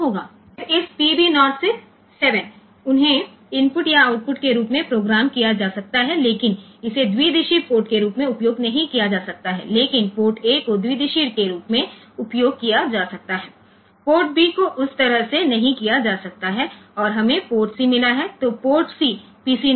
પછી આ PB 0 થી 7 સુધી છે તેઓને ઇનપુટ અથવા આઉટપુટ તરીકે પ્રોગ્રામ કરી શકાય છે અને ફરીથી એ સમાન વસ્તુ છે પરંતુ તેનો ઉપયોગ બાયડિરેક્શનલ પોર્ટ તરીકે કરી શકાતો નથી અને ફક્ત પોર્ટ A નો ઉપયોગ બાયડિરેક્શનલ પોર્ટ તરીકે કરી શકાય છે પરંતુ પોર્ટ B નો ઉપયોગ એ રીતે બાયડિરેક્શનલ પોર્ટ તરીકે કરી શકાતો નથી અને પછી આપણને પોર્ટ C મળ્યો છે